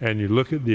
and you look at the